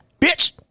Bitch